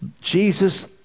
Jesus